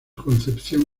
concepción